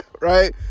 Right